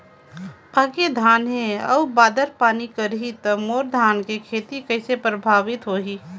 पके धान हे अउ बादर पानी करही त मोर धान के खेती कइसे प्रभावित होही?